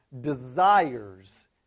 desires